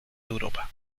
europa